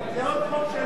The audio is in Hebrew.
זה עוד חוק שלו.